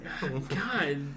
God